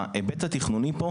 ההיבט התכנוני פה,